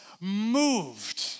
moved